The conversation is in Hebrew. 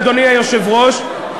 אדוני היושב-ראש,